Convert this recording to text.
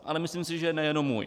Ale myslím si, že nejenom můj.